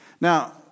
Now